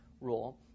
rule